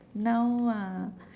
noun ah